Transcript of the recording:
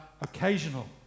occasional